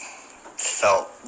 felt